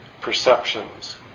perceptions